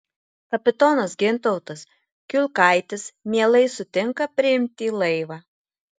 kapitonas gintautas kiulkaitis mielai sutinka priimti į laivą